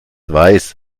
weiß